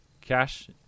cash